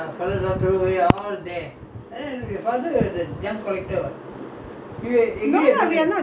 no lah we are not junk collector we just take unused good things [what] why you want to throw can use [what]